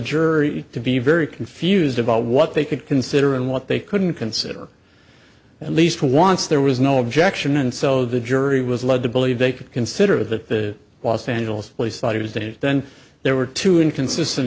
jury to be very confused about what they could consider and what they couldn't consider and least once there was no objection and so the jury was led to believe they could consider that the los angeles police thought he was dead and then there were two inconsistent